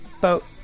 Boat